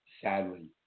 sadly